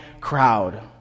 crowd